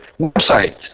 website